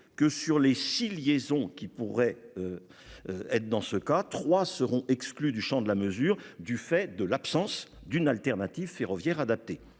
que sur les 6 liaisons qui pourraient. Être dans ce cas trois seront exclus du Champ de la mesure du fait de l'absence d'une alternative ferroviaire adapté